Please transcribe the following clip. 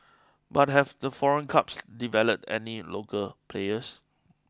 but have the foreign clubs developed any local players